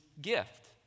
gift